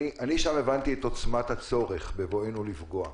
שם הבנתי את עוצמת הצורך בבואנו לפגוע,